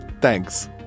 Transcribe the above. Thanks